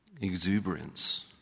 Exuberance